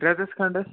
رٮ۪تَس کھنٛڈَس